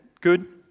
good